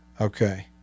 Okay